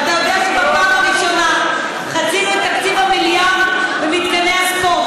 ואתה יודע שבפעם הראשונה חצי מתקציב המיליארד הם מתקני הספורט,